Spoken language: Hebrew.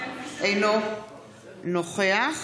אינו נוכח